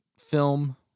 film